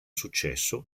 successo